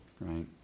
right